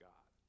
God